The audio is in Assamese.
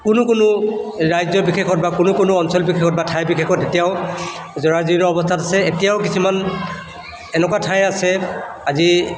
কোনো কোনো ৰাজ্য বিশেষত বা কোনো কোনো অঞ্চল বিশেষত বা ঠাই বিশেষত এতিয়াও জৰাজীৰ্ণ অৱস্থাত আছে এতিয়াও কিছুমান এনেকুৱা ঠাই আছে আজি